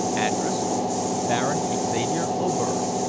address baron xavier oberg,